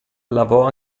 lavò